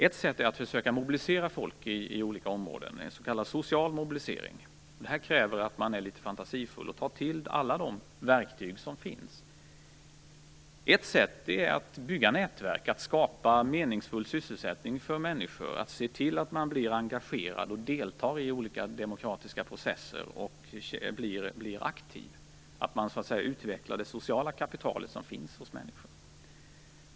Ett sätt är att försöka mobilisera folk i olika områden, s.k. social mobilisering. Det här kräver att man är litet fantasifull och tar till alla de verktyg som finns. Ett sätt är att bygga nätverk och skapa meningsfull sysselsättning för människor, att se till att de blir engagerade, att de deltar i olika demokratiska processer och att de blir aktiva - att man utvecklar det sociala kapital som finns hos människor.